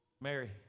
Mary